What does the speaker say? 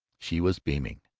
she was beaming.